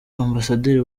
ambasaderi